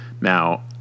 Now